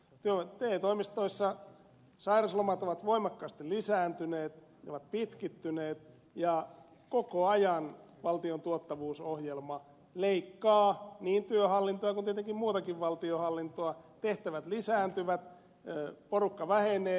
te toimistoissa sairauslomat ovat voimakkaasti lisääntyneet ne ovat pitkittyneet ja koko ajan valtion tuottavuusohjelma leikkaa niin työhallintoa kuin tietenkin muutakin valtionhallintoa tehtävät lisääntyvät porukka vähenee